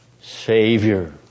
Savior